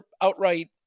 outright